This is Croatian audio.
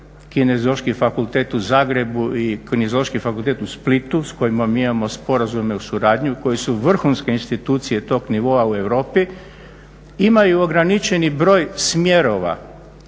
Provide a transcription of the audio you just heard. Kineziološki fakultet u Zagrebu i Kineziološki fakultet u Splitu s kojima mi imamo sporazume o suradnji koje su vrhunske institucije tog nivoa u Europi imaju ograničeni broj smjerova